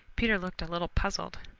peter looked a little puzzled.